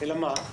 אלא מה,